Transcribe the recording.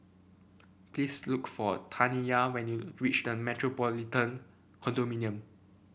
please look for Taniyah when you reach The Metropolitan Condominium